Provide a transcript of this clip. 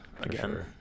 again